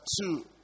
two